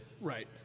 Right